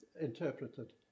interpreted